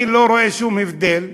אני לא רואה שום הבדל,